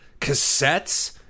cassettes